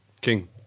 King